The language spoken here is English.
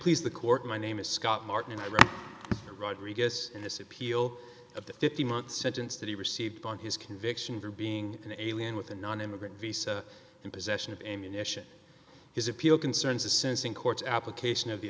please the court my name is scott martin and i read rodriguez in this appeal of the fifteen month sentence that he received on his conviction for being an alien with a nonimmigrant visa and possession of ammunition his appeal concerns the sensing court's application of the